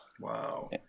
Wow